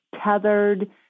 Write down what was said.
tethered